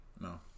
No